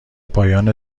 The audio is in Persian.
پایان